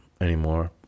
anymore